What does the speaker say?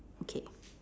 okay